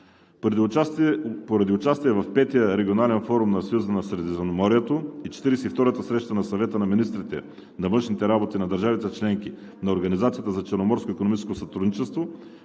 Поради участие в Петия регионален форум на Съюза на Средиземноморието и Четиридесет и втората среща на Съвета на министрите на външните работи на държавите – членки на организацията за Черноморско икономическо сътрудничество,